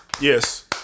Yes